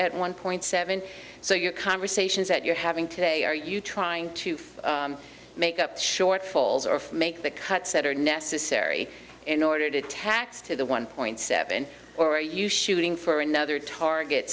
at one point seven so your conversations that you're having today are you trying to for make up shortfalls or make the cuts that are necessary in order to tax to the one point seven or are you shooting for another target